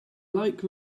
like